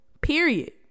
Period